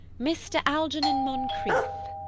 mr. algernon moncrieff.